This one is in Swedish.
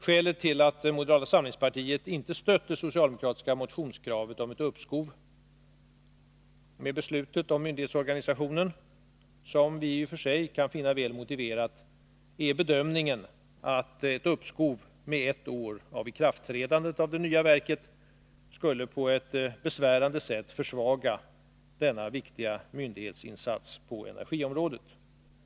Skälet till att moderata samlingspartiet inte har stött det socialdemokratiska motionskravet om ett uppskov med beslutet om myndighetsorganisationen, som vi i och för sig kan finna väl motiverat, är bedömningen att ett uppskov med ett år av ikraftträdandet av beslutet om det nya verket skulle på ett besvärande sätt försvaga denna viktiga myndighets insats på energiområdet.